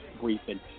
briefing